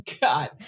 God